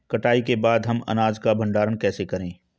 कटाई के बाद हम अनाज का भंडारण कैसे करें?